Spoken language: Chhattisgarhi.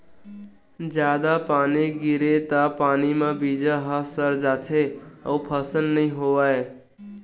जादा पानी गिरगे त पानी म बीजा ह सर जाथे अउ फसल नइ होवय